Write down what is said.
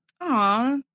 Aw